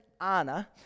Anna